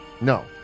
No